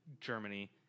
Germany